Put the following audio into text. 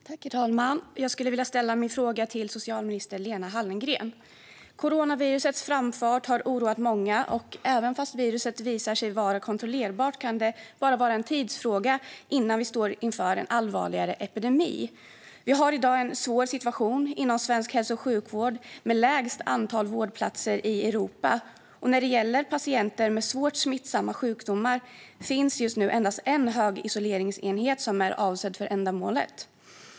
Herr talman! Jag skulle vilja ställa min fråga till socialminister Lena Hallengren. Coronavirusets framfart har oroat många. Även om viruset skulle visa sig vara kontrollerbart kan det vara en tidsfråga innan vi står inför en allvarligare epidemi. Vi har i dag en svår situation i svensk hälso och sjukvård med lägst antal vårdplatser i Europa. När det gäller patienter med svårt smittsamma sjukdomar finns det dessutom just nu endast en högisoleringsenhet som är avsedd för ändamålet.